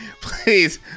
Please